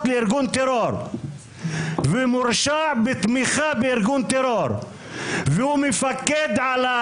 לארגון טרור ומורשע בתמיכה בארגון טרור והוא מפקד על ה